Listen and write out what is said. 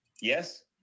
yes